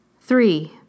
three